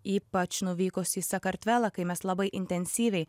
ypač nuvykus į sakartvelą kai mes labai intensyviai